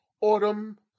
Autumn